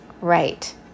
Right